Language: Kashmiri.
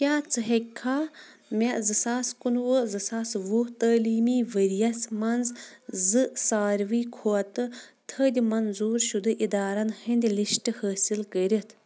کیٛاہ ژٕ ہیٚکہٕ کھا مےٚ زٕ ساس کُنہٕ وُہ زٕ ساس وُہ تعٲلیٖمی ؤرِیَس منٛز زٕ ساروی کھۄتہٕ تھٔدۍ منظوٗر شُدٕ اِدارَن ہٕنٛدۍ لِسٹ حٲصِل کٔرِتھ